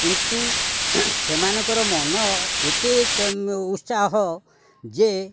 କିନ୍ତୁ ସେମାନଙ୍କର ମନ ଏତେ ଉତ୍ସାହ ଯେ